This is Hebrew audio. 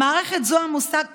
במערכת זו המושג "פסולת"